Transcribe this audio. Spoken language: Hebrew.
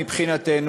מבחינתנו,